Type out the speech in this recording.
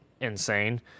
insane